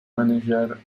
manager